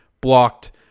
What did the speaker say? blocked